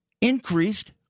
increased